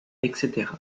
etc